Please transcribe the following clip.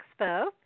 Expo